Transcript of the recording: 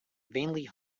vainly